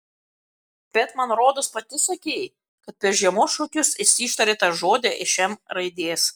bet man rodos pati sakei kad per žiemos šokius jis ištarė tą žodį iš m raidės